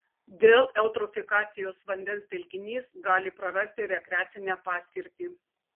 dėl eutrofikacijos vandens telkinys gali prarasti rekreacinę paskirtį